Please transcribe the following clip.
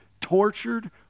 tortured